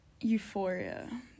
euphoria